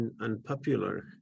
unpopular